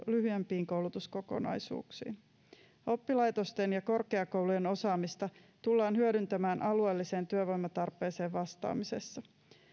lyhyempiin koulutuskokonaisuuksiin oppilaitosten ja korkeakoulujen osaamista tullaan hyödyntämään alueelliseen työvoimatarpeeseen vastaamisessa